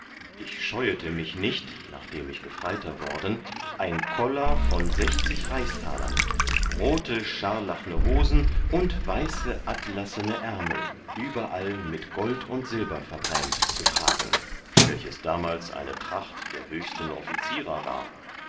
ich scheuete mich nicht nachdem ich gefreiter worden ein koller von sechzig reichstalern rote scharlachne hosen und weiße atlassene ärmel überall mit gold und silber verbrämt zu tragen welches damals eine tracht der höchsten offizierer war